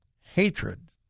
hatred